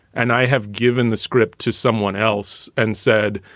and i have given the script to someone else and said,